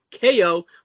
KO